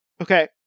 Okay